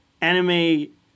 anime